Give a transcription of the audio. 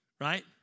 Right